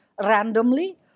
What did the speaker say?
randomly